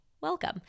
welcome